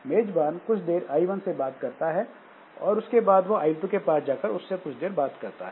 मेजबान कुछ देर I1 से बात करता है और इसके बाद वह I2 के पास जाकर उससे कुछ देर बात करता है